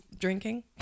drinking